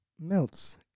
melts